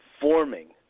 forming